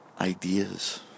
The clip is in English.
ideas